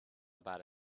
about